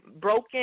broken